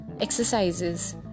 exercises